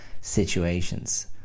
situations